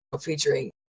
featuring